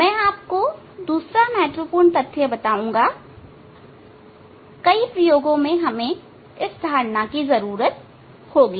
मैं आपको दूसरा महत्वपूर्ण तथ्य बताऊंगा कई प्रयोगों में हमें इस धारणा की जरूरत होगी